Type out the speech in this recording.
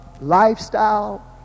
lifestyle